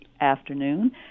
afternoon